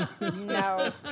No